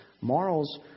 Morals